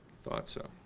thought so.